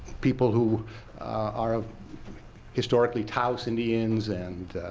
people who are of historically taos indians, and